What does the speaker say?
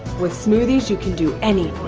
with smoothies you can do anything.